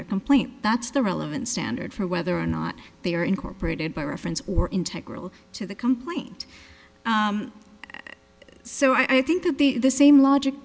their complaint that's the relevant standard for whether or not they are incorporated by reference or integrity to the complaint so i think that they the same logic